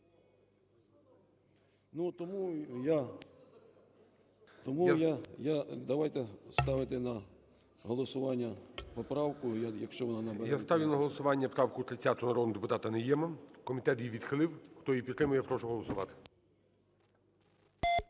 я, тому я… Давайте ставити на голосування поправку, якщо вона набере… ГОЛОВУЮЧИЙ. Я ставлю на голосування правку 30 народного депутата Найєма. Комітет її відхилив. Хто її підтримує, я прошу голосувати.